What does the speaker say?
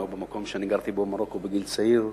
או במקום שגרתי בו במרוקו בגיל צעיר.